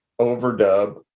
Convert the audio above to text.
overdub